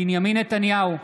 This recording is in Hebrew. בנימין נתניהו,